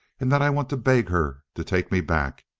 and that i want to beg her to take me back?